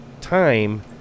time